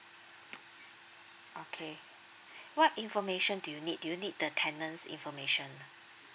okay what information do you need do you need the tenant's information ah